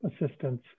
assistance